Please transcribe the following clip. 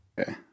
Okay